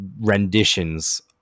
renditions